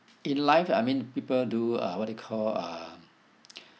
in life I mean people do uh what you call um